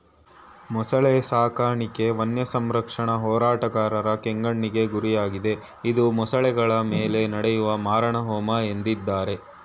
ಮೊಸಳೆ ಸಾಕಾಣಿಕೆ ವನ್ಯಸಂರಕ್ಷಣಾ ಹೋರಾಟಗಾರರ ಕೆಂಗಣ್ಣಿಗೆ ಗುರಿಯಾಗಿದೆ ಇದು ಮೊಸಳೆಗಳ ಮೇಲೆ ನಡೆಯುವ ಮಾರಣಹೋಮ ಎಂದಿದ್ದಾರೆ